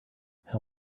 how